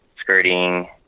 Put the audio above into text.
skirting